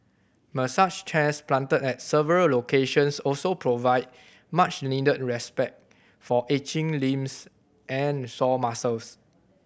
massage chairs planted at several locations also provide much needed respite for aching limbs and sore muscles